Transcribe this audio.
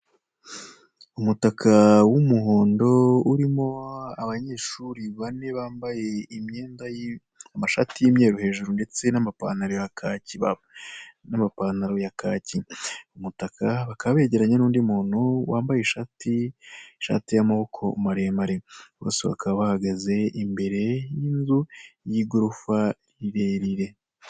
Isahane y'umweru iriho udusate dutatu tw'imigati isaha ne iteretse ku meza y'umukara, imigati ni ibiribwa bikozwe mu ifu y'ingano bikaba bikorwa bakabikaranga cyangwa se bakabitekesha amavuta.